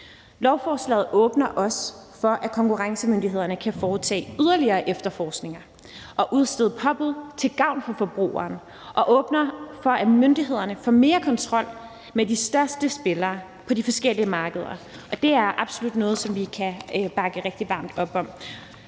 Lovforslaget åbner også for, at konkurrencemyndighederne kan foretage yderligere efterforskning og udstede påbud til gavn for forbrugerne, og åbner for, at myndighederne får mere kontrol med de største spillere på de forskellige markeder. Det er absolut noget, som vi kan bakke rigtig varmt op om.